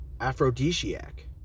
aphrodisiac